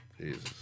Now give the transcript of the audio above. Jesus